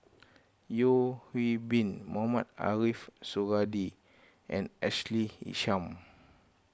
Yeo Hwee Bin Mohamed Ariff Suradi and Ashley Isham